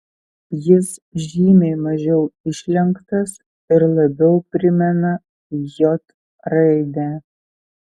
jis žymiai mažiau išlenktas ir labiau primena j raidę